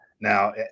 Now